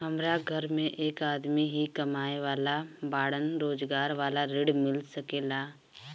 हमरा घर में एक आदमी ही कमाए वाला बाड़न रोजगार वाला ऋण मिल सके ला?